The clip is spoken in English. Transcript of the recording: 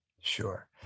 Sure